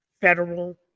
federal